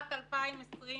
בשנת 2020,